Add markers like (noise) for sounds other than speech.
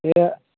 (unintelligible)